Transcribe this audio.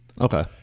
Okay